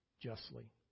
justly